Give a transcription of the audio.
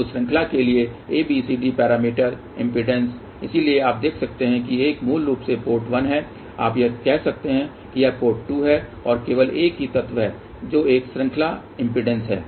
तो श्रृंखला के लिए ABCD पैरामीटर इम्पीडेन्स इसलिए आप देख सकते हैं कि एक मूल रूप से पोर्ट 1 है आप कह सकते हैं कि यह पोर्ट 2 है और केवल एक ही तत्व है जो एक श्रृंखला इम्पीडेन्स है